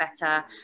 better